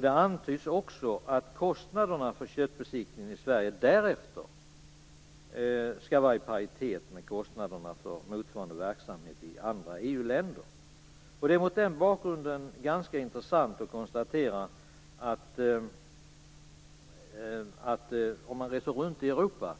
Det antyds också att kostnaderna för köttbesiktningen i Sverige därefter skall vara i paritet med kostnaderna för motsvarande verksamhet i andra EU-länder. Det är mot den bakgrunden ganska intressant att konstatera att man, om man reser runt i Europa,